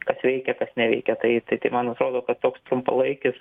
kas veikia kas neveikia tai tai tai man atrodo kad toks trumpalaikis